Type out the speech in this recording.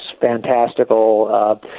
fantastical